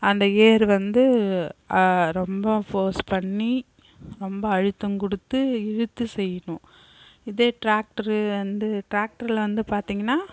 அந்த ஏர் வந்து ரொம்ப ஃபோர்ஸ் பண்ணி ரொம்ப அழுத்தம் கொடுத்து இழுத்து செய்யணும் இதே ட்ராக்ட்ர் வந்து ட்ராக்டரில் வந்து பார்த்திங்கன்னா